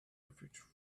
refuge